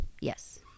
Yes